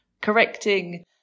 correcting